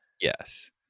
Yes